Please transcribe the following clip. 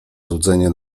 złudzenie